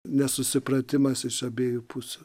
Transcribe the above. nesusipratimas iš abiejų pusių